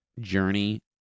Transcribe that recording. journey